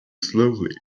slowly